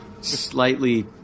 slightly